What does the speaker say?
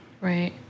Right